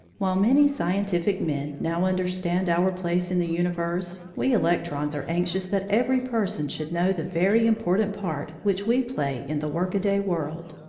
while many scientific men now understand our place in the universe, we electrons are anxious that every person should know the very important part which we play in the workaday world.